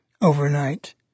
overnight